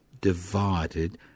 divided